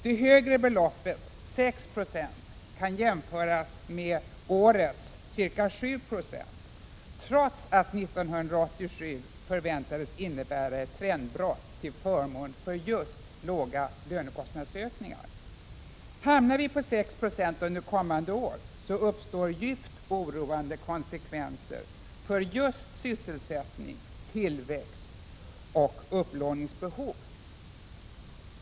Det högre alternativet, 6 90, kan jämföras med årets ca 7 0 trots att 1987 förväntades innebära ett trendbrott till förmån för just låga lönekostnadsökningar. Hamnar vi på 6 90 under kommande år uppstår djupt oroande konsekvenser för just sysselsättning, tillväxt och upplåningsbehov.